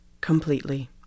completely